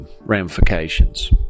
ramifications